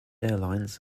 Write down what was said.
airlines